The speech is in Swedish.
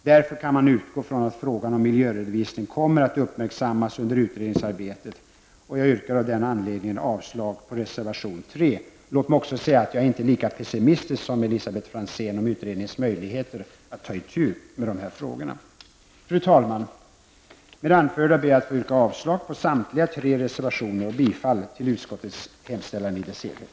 Därför kan man utgå från att frågan om miljöredovisning kommer att uppmärksammas under utredningsarbetet. Jag yrkar av den anledningen avslag på reservation 3. Låt mig också säga att jag inte är lika pessimistisk som Elisabet Franzén om utredningens möjligheter att ta itu med de här frågorna. Fru talman! Med det anförda ber jag att få yrka avslag på samtliga tre reservarioner och bifall till utskottets hemställan i dess helhet.